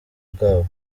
bwabo